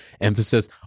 emphasis